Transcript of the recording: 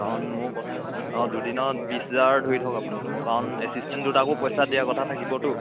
কাৰণ মোৰ কথা অঁ দুদিনত বিছ হেজাৰ ধৰি থওক আপুনি মোৰ কাৰণ এছিষ্টেণ্ট দুটাকো পইচা দিয়াৰ কথা থাকিবতো